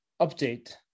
update